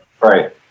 Right